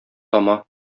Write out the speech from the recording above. тама